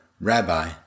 Rabbi